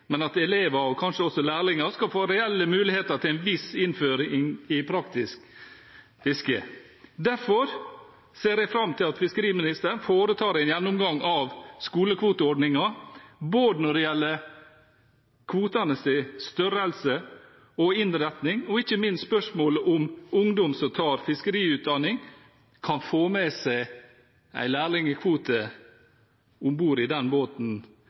men at elever, og kanskje også lærlinger, skal få reelle muligheter til en viss innføring i praktisk fiske. Derfor ser jeg fram til at fiskeriministeren foretar en gjennomgang av skolekvoteordningen når det gjelder kvotenes størrelse og innretning, og ikke minst når det gjelder spørsmålet om ungdom som tar fiskeriutdanning kan få med seg en lærlingkvote om bord i den båten